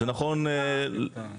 זה נכון לתמיד.